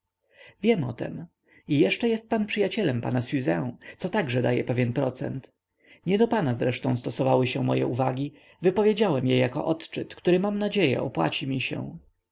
wiem o tem i jeszcze jest pan przyjacielem pana siuzę co także daje pewien procent nie do pana zresztą stosowały się moje uwagi wypowiedziałem je jako odczyt który mam nadzieję opłaci mi się